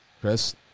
Chris